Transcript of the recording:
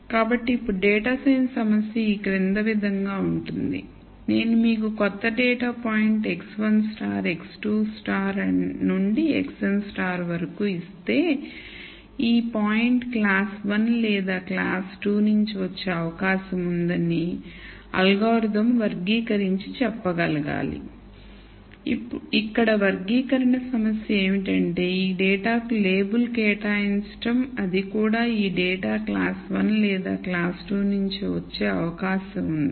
కాబట్టి ఇప్పుడు data science సమస్య ఈ క్రింది విధంగా ఉంటుంది నేను మీకు క్రొత్త డేటా పాయింట్ x1 x2 నుండి xn వరకు ఇస్తే ఈ పాయింట్ క్లాస్ 1 లేదా క్లాస్ 2 నుండి వచ్చే అవకాశం ఉందని అల్గోరిథం వర్గీకరించి చెప్పగలగాలి ఇక్కడ వర్గీకరణ సమస్య ఏమిటంటే ఈ డేటా కు లేబుల్ కేటాయించటం అది కూడా ఈ డేటా క్లాస్ 1 లేదా క్లాస్ 2 నుంచి వచ్చే అవకాశం ఉంది